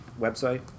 website